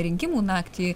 rinkimų naktį